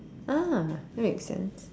ah that makes sense